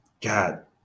God